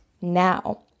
now